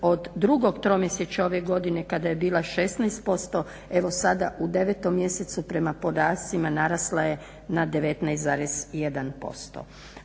od drugog tromjesečja ove godine kada je bila 16% evo sada u 9. mjesecu prema podacima narasla je na 19,1%.